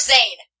Zane